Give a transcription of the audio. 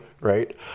right